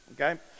Okay